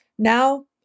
now